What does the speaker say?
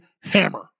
hammer